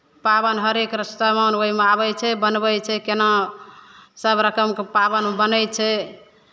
पाबनि हरेक र सामान ओहिमे आबै छै बनबै छै केना सभ रकमके पाबनिमे बनै छै